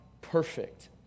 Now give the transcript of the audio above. perfect